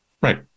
right